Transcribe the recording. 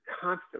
constantly